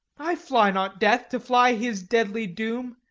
i fly not death, to fly his deadly doom